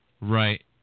Right